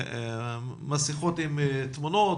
מסכות עם תמונות,